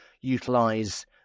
utilize